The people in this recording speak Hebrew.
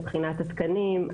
מבחינת התקנים,